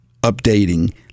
updating